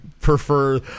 prefer